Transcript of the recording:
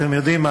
אתם יודעים,